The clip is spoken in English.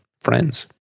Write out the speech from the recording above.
friends